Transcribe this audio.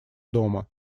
дома